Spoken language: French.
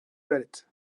ballet